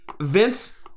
Vince